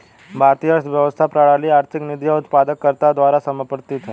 भारतीय अर्थव्यवस्था प्रणाली आर्थिक नीति और उत्पादकता द्वारा समर्थित हैं